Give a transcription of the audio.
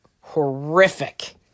horrific